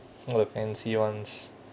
all the fancy ones